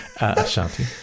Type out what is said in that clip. Ashanti